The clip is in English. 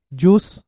juice